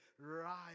right